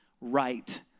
right